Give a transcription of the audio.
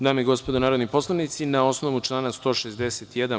Dame i gospodo narodni poslanici, na osnovu člana 161.